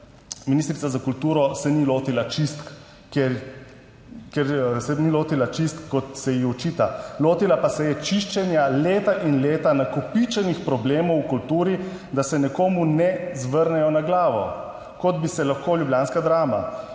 čistk, ker, ker se ni lotila čistk, kot se ji očita, lotila pa se je čiščenja leta in leta nakopičenih problemov v kulturi, da se nekomu ne zvrnejo na glavo, kot bi se lahko ljubljanska Drama,